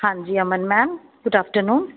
ਹਾਂਜੀ Aman ma'am good afternoon